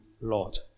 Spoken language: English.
Lot